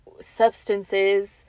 substances